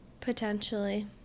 potentially